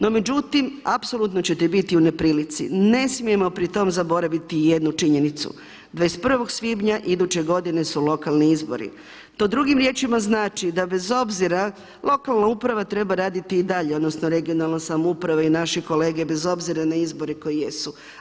No međutim, apsolutno ćete biti u neprilici, ne smijemo pri tom zaboraviti jednu činjenicu, 21. svibnja iduće godine su lokalni izbori, to drugim riječima znači da bez obzira lokalna uprava treba raditi i dalje odnosno regionalna samouprava i naše kolege bez obzira na izbore koji jesu.